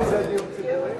זה דיור ציבורי?